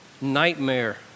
nightmare